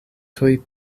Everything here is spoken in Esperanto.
tuj